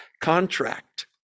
contract